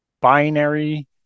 binary